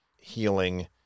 healing